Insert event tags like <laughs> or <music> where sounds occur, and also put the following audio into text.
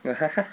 <laughs>